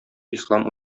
ислам